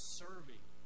serving